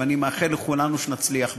ואני מאחל לכולנו שנצליח בה.